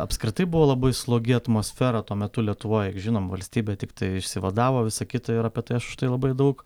apskritai buvo labai slogi atmosfera tuo metu lietuvoj žinom valstybė tiktai išsivadavo visa kita ir apie tai aš užtai labai daug